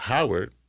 Howard